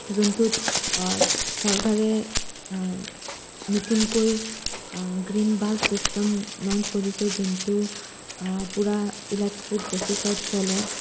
যোনটোত চৰকাৰে নতুনকৈ গ্ৰীণ বাছ ছিষ্টেম লঞ্চ কৰিছে যোনটো পূৰা ইলেক্ট্ৰিক বেছিছত চলে